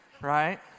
Right